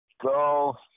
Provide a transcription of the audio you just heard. Go